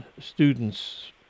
students